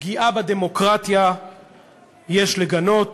פגיעה בדמוקרטיה יש לגנות.